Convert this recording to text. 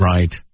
Right